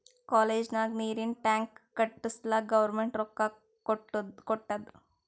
college ನಾಗ್ ನೀರಿಂದ್ tank ಕಟ್ಟುಸ್ಲಕ್ ಗೌರ್ಮೆಂಟ್ ರೊಕ್ಕಾ ಕೊಟ್ಟಾದ್